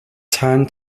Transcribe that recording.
turn